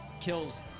kills